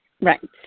Right